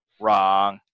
Wrong